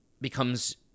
becomes